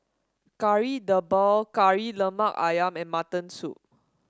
Kari Debal Kari Lemak ayam and Mutton Soup